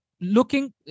Looking